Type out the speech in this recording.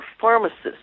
pharmacists